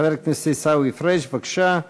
חבר הכנסת עיסאווי פריג', בבקשה.